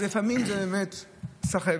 אז לפעמים זה באמת סחבת,